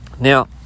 Now